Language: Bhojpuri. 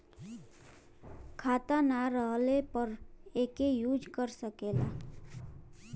खाता ना रहले पर एके यूज कर सकेला